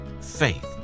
faith